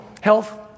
health